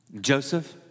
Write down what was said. Joseph